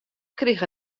krige